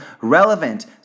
relevant